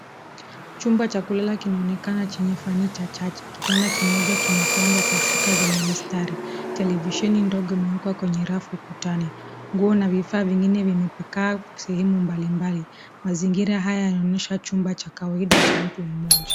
Chumba cha kulala kinaonekana chenye fanicha chache. Kitanda kimoja kimepangwa kwa shuka zenye mistari. Televisheni ndogo imewekwa kwenye rafu uutani. Nguo na vifaa vingine vimepakaa sehemu mbalimbali. Mazingira haya yanaonyesha chumba cha kawaida cha mtu mmoja.